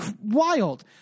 Wild